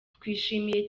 twishimiye